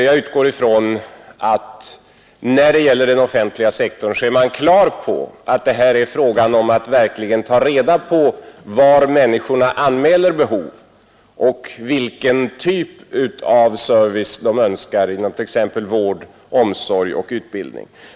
Jag utgår från att man beträffande den offentliga sektorn är på det klara med att det gäller att ta reda på var människorna anmäler behov och vilken typ av service de önskar inom t.ex. vård-, omsorgoch utbildningsområdena.